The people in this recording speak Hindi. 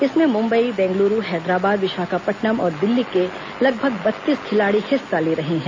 इसमें मुम्बई बेंगलुरू हैदराबाद विशाखापटनम और दिल्ली के लगभग बत्तीस खिलाड़ी हिस्सा ले रहे हैं